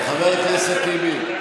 חבר הכנסת טיבי,